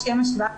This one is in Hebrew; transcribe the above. לשם השוואה,